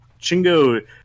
Chingo